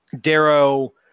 Darrow